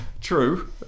true